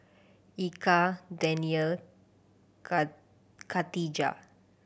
Eka Danial Katijah